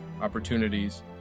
opportunities